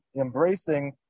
embracing